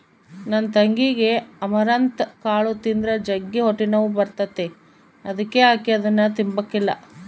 ನನ್ ತಂಗಿಗೆ ಅಮರಂತ್ ಕಾಳು ತಿಂದ್ರ ಜಗ್ಗಿ ಹೊಟ್ಟೆನೋವು ಬರ್ತತೆ ಅದುಕ ಆಕಿ ಅದುನ್ನ ತಿಂಬಕಲ್ಲ